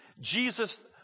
Jesus